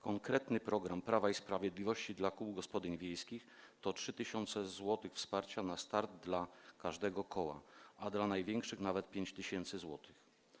Konkretny program Prawa i Sprawiedliwości dla kół gospodyń wiejskich to 3 tys. zł wsparcia na start dla każdego koła, a dla największych nawet 5 tys. zł.